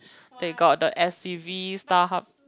they got the S_C_V Starhub